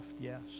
yes